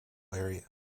area